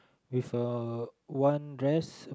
with a one dress